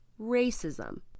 racism